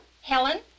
Helen